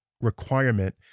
requirement